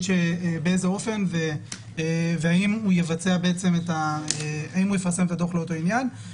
באיזה אופן והאם הוא יפרסם את הדוח לאותו עניין.